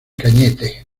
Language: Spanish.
cañete